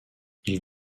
ils